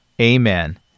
Amen